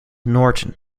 norton